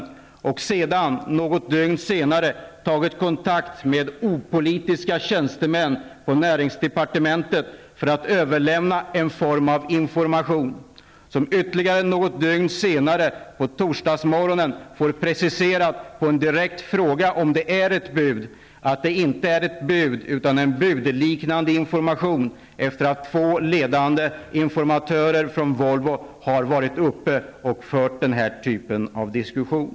Något dygn senare har man tagit kontakt med opolitiska tjänstemän på näringsdepartementet för att överlämna en form av information. Ytterligare något dygn senare, på torsdagsmorgonen, preciseras på en direkt fråga om det är ett bud, att det inte är ett bud, utan en budliknande information. Detta sker sedan två ledande informatörer från Volvo varit uppe och fört denna typ av diskussion.